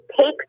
take